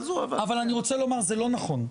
אבל אני רוצה לומר זה לא נכון,